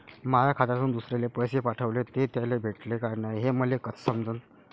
माया खात्यातून दुसऱ्याले पैसे पाठवले, ते त्याले भेटले का नाय हे मले कस समजन?